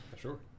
Sure